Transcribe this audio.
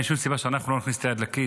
אין שום סיבה שאנחנו לא נכניס את היד לכיס,